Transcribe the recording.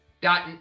dot